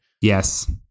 yes